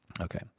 Okay